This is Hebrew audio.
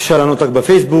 אפשר לענות רק בפייסבוק.